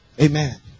Amen